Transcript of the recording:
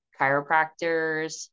chiropractors